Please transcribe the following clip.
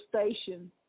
station